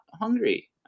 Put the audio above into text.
hungry